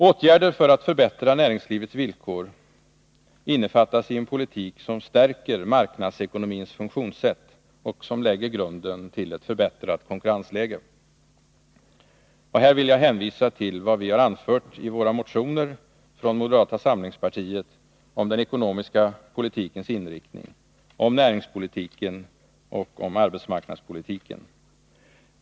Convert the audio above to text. Åtgärder för att förbättra näringslivets villkor innefattas i en politik som stärker marknadsekonomins funktionssätt och som lägger grunden till ett förbättrat konkurrensläge. Jag hänvisar i det sammanhanget till vad vi från moderata samlingspartiet har anfört i våra motioner om den ekonomiska politikens inriktning, om näringspolitiken och om arbetsmarknadspolitiken.